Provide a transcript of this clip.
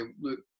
look